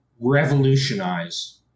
revolutionize